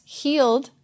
healed